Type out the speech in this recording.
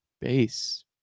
base